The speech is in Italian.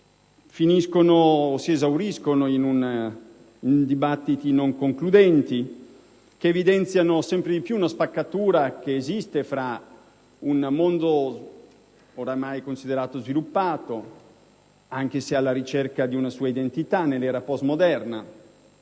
si esauriscono in dibattiti non concludenti, che evidenziano sempre di più la spaccatura esistente tra un mondo oramai considerato sviluppato, anche se alla ricerca di una sua identità nell'era postmoderna,